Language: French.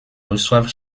reçoivent